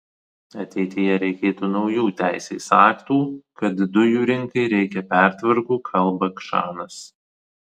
ateityje reikėtų naujų teisės aktų kad dujų rinkai reikia pertvarkų kalba kšanas